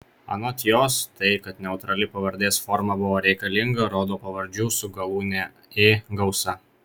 anot jos tai kad neutrali pavardės forma buvo reikalinga rodo pavardžių su galūne ė gausa